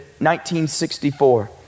1964